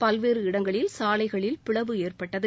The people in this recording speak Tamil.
பல்வேறு இடங்களில் சாலைகளில் பிளவு ஏற்பட்டது